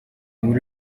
inkuru